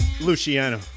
Luciano